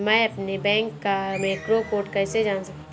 मैं अपने बैंक का मैक्रो कोड कैसे जान सकता हूँ?